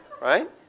Right